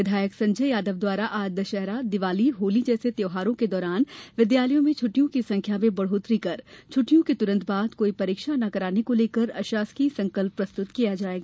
विधायक संजय यादव द्वारा आज दशहरा दीवाली होली जैसे त्योहारों के दौरान विद्यालयों में छुट्टियों की संख्या में बढ़त्तोरी कर छुट्टियों के तुरंत बाद कोई परीक्षा ना करने को लेकर अशासकीय संकल्प प्रस्तुत किया जायेगा